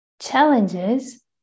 challenges